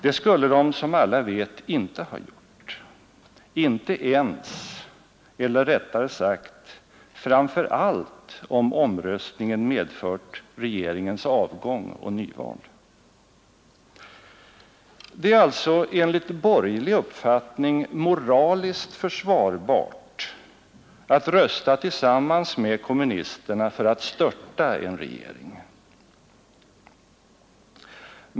Det skulle de, som alla vet, inte ha gjort, inte ens, eller rättare sagt framför allt inte om omröstningen medfört regeringens Det är alltså enligt borgerlig uppfattning moraliskt försvarbart att rösta tillsammans med kommunisterna för att störta en regering.